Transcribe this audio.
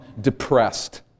depressed